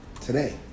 today